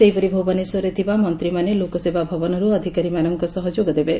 ସେହିପରି ଭୁବନେଶ୍ୱରରେ ଥିବା ମନ୍ତୀମାନେ ଲୋକସେବା ଭବନରୁ ଅଧିକାରୀମାନଙ୍କ ସହ ଯୋଗଦେବେ